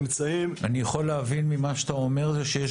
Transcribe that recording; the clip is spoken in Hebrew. אמצעים --- אני יכול להבין ממה שאתה אומר שיש